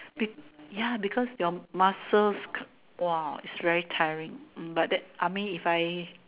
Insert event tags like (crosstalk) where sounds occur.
be yeah because your muscles (noise) !wah! it's very tiring mm but that I mean if I